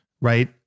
right